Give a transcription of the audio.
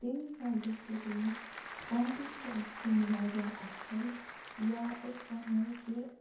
تمہِ حِساب گَژھِ ہے تمِچ کانٹِٹی آسٕنۍ واریاہ اَصٕل یا أسۍ وَنو کہِ